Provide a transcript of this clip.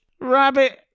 rabbit